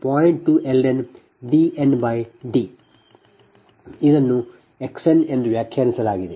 2ln DnD ಇದನ್ನು X n ಎಂದು ವ್ಯಾಖ್ಯಾನಿಸಲಾಗಿದೆ